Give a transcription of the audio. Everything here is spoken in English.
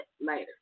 later